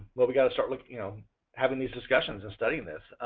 well, we've got to start looking at um having these discussions and studying this.